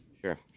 Sure